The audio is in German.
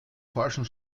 falschen